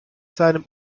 seinem